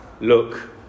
look